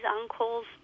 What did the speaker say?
uncles